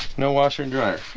no, washer and dryer